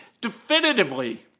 Definitively